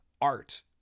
art